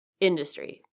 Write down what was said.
industry